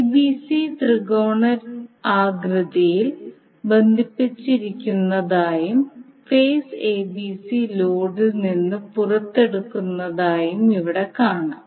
ABC ത്രികോണാകൃതിയിൽ ബന്ധിപ്പിച്ചിരിക്കുന്നതായും phase abc ലോഡിൽ നിന്ന് പുറത്തെടുക്കുന്നതായും ഇവിടെ കാണാം